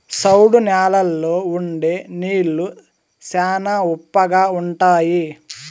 సౌడు న్యాలల్లో ఉండే నీళ్లు శ్యానా ఉప్పగా ఉంటాయి